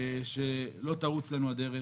שלא תאוץ לנו הדרך.